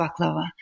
baklava